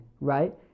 right